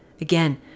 Again